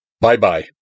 bye-bye